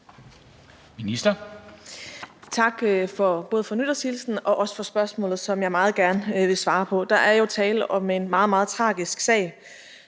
Krag): Tak, både for nytårshilsenen og for spørgsmålet, som jeg meget gerne vil svare på. Der er jo tale om en meget, meget tragisk sag.